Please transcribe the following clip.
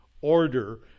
order